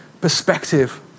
perspective